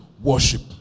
worship